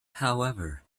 however